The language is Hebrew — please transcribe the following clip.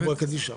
כן.